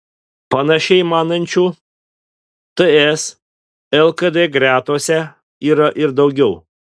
panašiai manančių ts lkd gretose yra ir daugiau